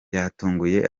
byatunguye